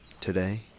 Today